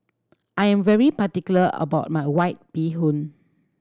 I am very particular about my White Bee Hoon